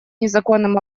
незаконным